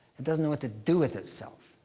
it doesn't know what to do with itself.